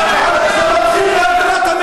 זו מדינה יהודית ודמוקרטית,